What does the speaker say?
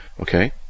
Okay